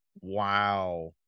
Wow